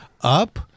up